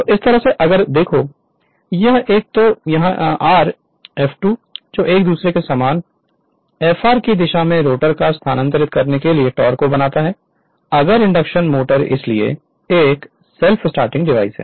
तो इस तरह से अगर देखो यह एक तो यह आर F2 जो एक दूसरे के सम्मान के साथ है Fr की दिशा में रोटर को स्थानांतरित करने के लिए टॉर्क को बनाता है अगर इंडक्शन मोटर इसलिए एक सेल्फ स्टार्टिंग डिवाइस है